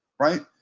right?